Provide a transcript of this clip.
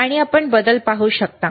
आणि आपण बदल पाहू शकता